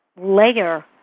layer